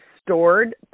stored